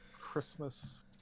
Christmas